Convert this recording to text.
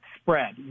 spread